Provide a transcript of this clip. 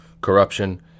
corruption